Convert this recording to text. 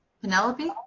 Penelope